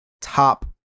top